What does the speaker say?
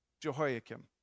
Jehoiakim